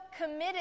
committed